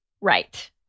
right